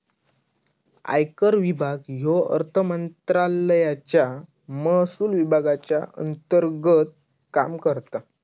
आयकर विभाग ह्यो अर्थमंत्रालयाच्या महसुल विभागाच्या अंतर्गत काम करता